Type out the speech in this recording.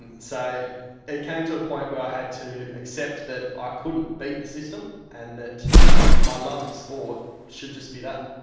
and it came to a point where i had to accept that i couldn't beat the system and that my love of sport should just be that.